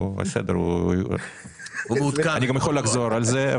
בסדר, אני גם יכול לחזור על זה.